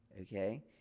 Okay